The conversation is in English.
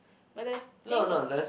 but the thing of